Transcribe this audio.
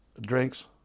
drinks